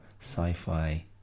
sci-fi